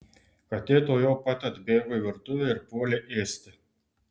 katė tuojau pat atbėgo į virtuvę ir puolė ėsti